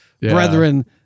brethren